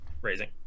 raising